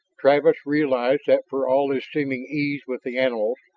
travis realized that for all his seeming ease with the animals,